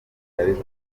ariko